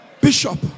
Bishop